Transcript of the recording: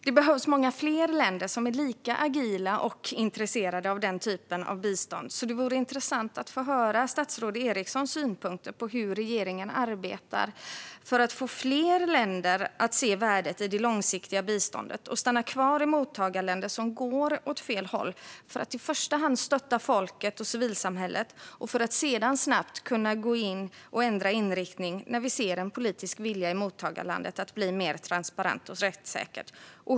Det behövs många fler länder som är lika agila och intresserade av den typen av bistånd. Det vore intressant att få höra statsrådet Erikssons synpunkter på hur regeringen arbetar för att få fler länder att se värdet i det långsiktiga biståndet och stanna kvar i mottagarländer som går åt fel håll för att i första hand stötta folket och civilsamhället och för att sedan snabbt kunna ändra inriktning när vi ser en politisk vilja i mottagarlandet att bli mer transparent och rättssäkert.